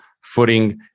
footing